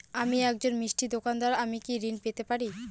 আমি একজন মিষ্টির দোকাদার আমি কি ঋণ পেতে পারি?